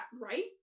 Right